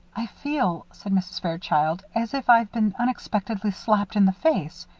i feel, said mrs. fairchild, as if i'd been unexpectedly slapped in the face.